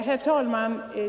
Herr talman!